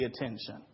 attention